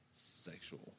Sexual